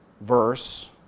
verse